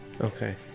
Okay